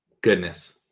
Goodness